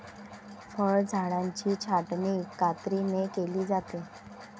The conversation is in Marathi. फळझाडांची छाटणी कात्रीने केली जाते